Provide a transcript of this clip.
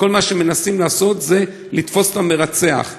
וכל מה שמנסים לעשות זה לתפוס את המרצח.